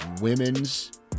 women's